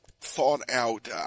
thought-out